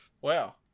wow